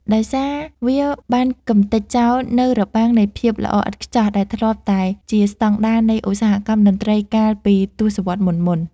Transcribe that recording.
ដោយសារវាបានកម្ទេចចោលនូវរបាំងនៃភាពល្អឥតខ្ចោះដែលធ្លាប់តែជាស្ដង់ដារនៃឧស្សាហកម្មតន្ត្រីកាលពីទសវត្សរ៍មុនៗ។